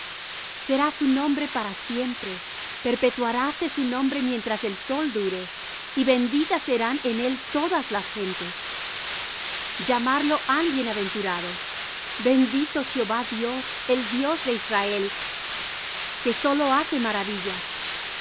será su nombre para siempre perpetuaráse su nombre mientras el sol dure y benditas serán en él todas las gentes llamarlo han bienaventurado bendito jehová dios el dios de israel que solo hace maravillas